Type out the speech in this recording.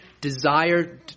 desire